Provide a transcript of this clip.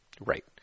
Right